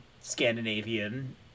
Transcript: Scandinavian